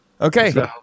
Okay